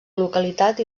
localitat